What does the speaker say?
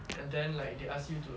and then like they ask you to